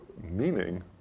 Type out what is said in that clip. meaning